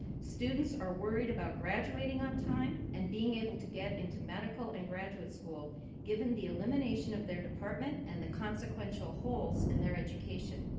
students are worried about graduating on time and being able to get into medical and graduate school given the elimination of their department and the consequential holes in their education.